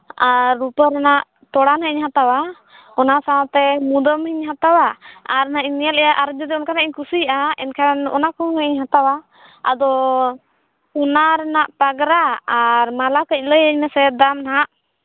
ᱟᱨ ᱨᱩᱯᱟᱹ ᱨᱮᱱᱟᱜ ᱛᱚᱲᱟ ᱱᱟᱜ ᱤᱧ ᱦᱟᱛᱟᱣᱟ ᱚᱱᱟ ᱥᱟᱶᱛᱮ ᱢᱩᱫᱟᱹᱢᱤᱧ ᱦᱟᱛᱟᱣᱟ ᱟᱨ ᱱᱟᱜ ᱤᱧ ᱧᱮᱞᱮᱜᱼᱟ ᱟᱨ ᱡᱩᱫᱤ ᱚᱱᱠᱟᱱᱟᱜ ᱤᱧ ᱠᱩᱥᱤᱭᱟᱜᱼᱟ ᱮᱱᱠᱷᱟᱱ ᱚᱱᱟ ᱠᱚᱦᱚᱸ ᱦᱟᱸᱜ ᱤᱧ ᱦᱟᱛᱟᱣᱟ ᱟᱫᱚ ᱥᱚᱱᱟ ᱨᱮᱱᱟᱜ ᱯᱟᱜᱽᱨᱟ ᱟᱨ ᱢᱟᱞᱟ ᱠᱟᱹᱡ ᱞᱟᱹᱭᱟᱹᱧ ᱢᱮᱥᱮ ᱫᱟᱢ ᱦᱟᱸᱜ